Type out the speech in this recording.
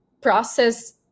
process